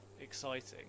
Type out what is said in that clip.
exciting